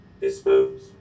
Dispose